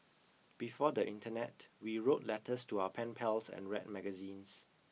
before the internet we wrote letters to our pen pals and read magazines